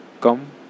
come